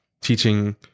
teaching